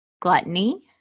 gluttony